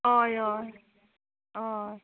हय हय हय